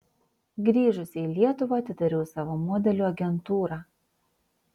grįžusi į lietuvą atidariau savo modelių agentūrą